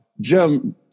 Jim